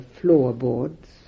floorboards